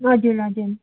हजुर हजुर